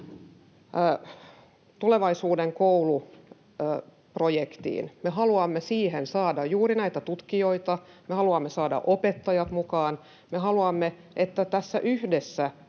tulevaisuuden koulu ‑projektiin, me haluamme siihen saada juuri näitä tutkijoita, me haluamme saada opettajat mukaan, me haluamme, että tässä